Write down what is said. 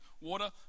water